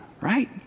right